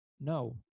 No